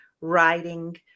writing